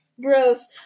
Gross